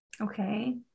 Okay